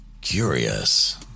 Curious